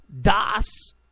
Das